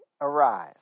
arise